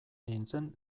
nintzen